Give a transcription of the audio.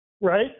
Right